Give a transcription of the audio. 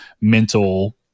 mental